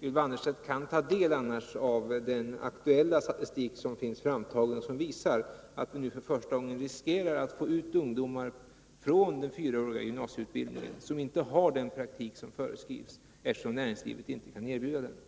det. Ylva Annerstedt kan ta del av den aktuella statistik som finns framtagen och som visar att vi nu för första gången riskerar att få ut ungdomar från den 4-åriga gymnasieutbildningen som inte har den praktik som föreskrivs, eftersom näringslivet inte kan erbjuda dem det.